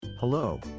Hello